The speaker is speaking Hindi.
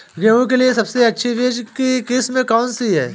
गेहूँ के लिए सबसे अच्छी बीज की किस्म कौनसी है?